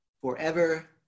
forever